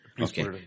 Okay